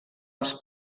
als